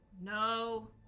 No